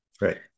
Right